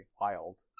Wild